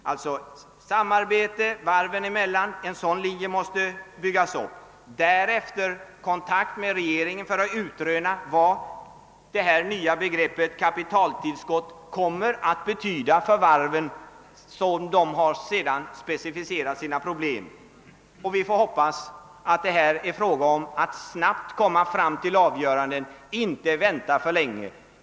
Alltså: En linje som innebär samarbete varven emellan måste dras upp. Därefter måste kontakter tas med regeringen för att utröna vad det nya begreppet kapitaltillskott kommer att innebära för varven sedan dessa har specificerat sina problem. Vi får hoppas att man sedan snabbt kommer fram till ett avgörande och inte väntar för länge.